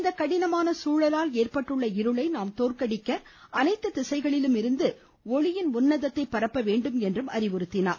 இந்த கடினமான சூழலால் ஏற்பட்டுள்ள இருளை நாம் தோற்கடிக்க அனைத்து திசைகளிலும் இருந்து ஒளியின் உன்னதத்தை பரப்ப வேண்டும் என்று கேட்டுக்கொண்டார்